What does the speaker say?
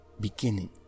Beginning